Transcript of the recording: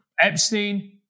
Epstein